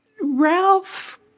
Ralph